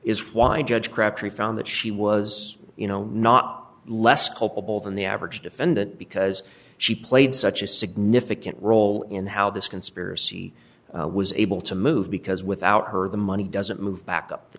i judge crabtree found that she was you know not less culpable than the average defendant because she played such a significant role in how this conspiracy was able to move because without her the money doesn't move back up the